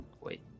wait